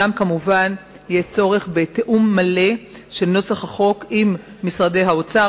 יהיה כמובן גם צורך בתיאום מלא של נוסח החוק עם משרד האוצר,